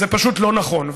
זה פשוט לא נכון.